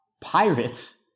Pirates